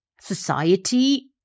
society